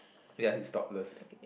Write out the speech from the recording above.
ya he's topless